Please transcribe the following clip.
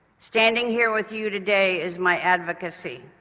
standing here with you today is my advocacy.